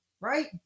right